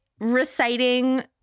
reciting